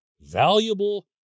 valuable